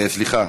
אה, סליחה,